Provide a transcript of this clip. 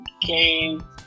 game